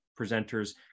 presenters